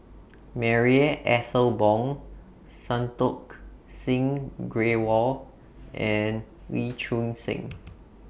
Marie Ethel Bong Santokh Singh Grewal and Lee Choon Seng